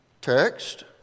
text